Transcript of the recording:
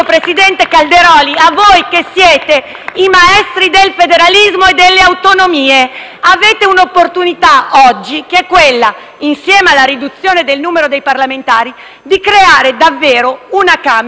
che siete i maestri del federalismo e delle autonomie. Avete un'opportunità, oggi, che è quella, insieme alla riduzione del numero dei parlamentari, di creare davvero una Camera che possa essere quella